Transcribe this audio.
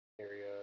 area